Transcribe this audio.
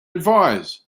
advise